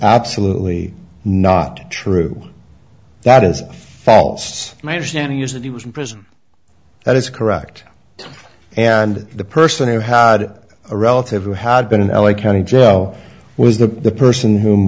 absolutely not true that is false my understanding is that he was in prison that is correct and the person who had a relative who had been in l a county joe was the person whom